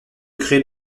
créer